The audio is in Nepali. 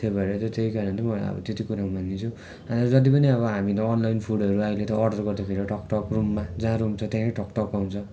त्यही भएर चाहिँ त्यही कारण चाहिँ त्यति कुरा म भानिदिन्छु होइन जति पनि अब हामीले अब अनलाइन फुडहरू त अहिले त अर्डर गर्दाखेरि त अहिले त टकटक रुममा जहाँ रुम छ त्यहीँ टकटक आउँछ अनि